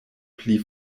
pli